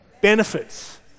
Benefits